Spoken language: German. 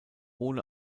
ohne